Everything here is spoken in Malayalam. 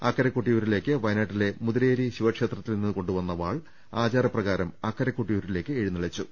അക്കരെ കൊട്ടിയൂരിലേക്ക് വയനാട്ടിലെ മുതിരേരി ശിവക്ഷേത്രത്തിൽ നിന്ന് കൊണ്ടു വന്ന വാൾ ആചാരപ്രകാരം അക്കരെ കൊട്ടിയൂരിലേക്ക് എഴു ന്നള്ളിച്ചു